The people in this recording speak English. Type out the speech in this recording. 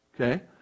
Okay